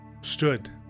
stood